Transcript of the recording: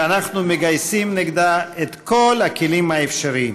שאנחנו מגייסים נגדה את כל הכלים האפשריים.